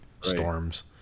storms